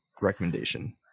recommendation